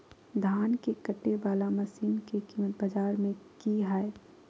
धान के कटे बाला मसीन के कीमत बाजार में की हाय?